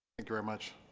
and you very much.